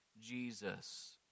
Jesus